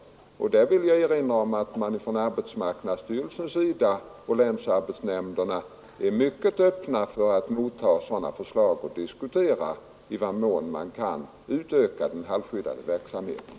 I det sammanhanget vill jag erinra om att arbetsmarknadsstyrelsen och länsarbetsnämnderna är mycket öppna för att motta sådana förslag och diskutera i vad mån man kan utöka den halvskyddade verksamheten.